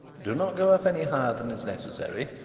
do not go up any higher than is necessary,